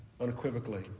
unequivocally